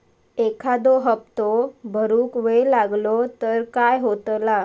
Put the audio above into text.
एखादो हप्तो भरुक वेळ लागलो तर काय होतला?